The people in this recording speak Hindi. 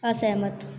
असहमत